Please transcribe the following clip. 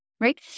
right